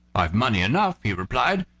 i've money enough, he replied,